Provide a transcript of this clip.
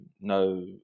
no